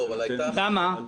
מבחינתנו --- אבל הייתה החלטה,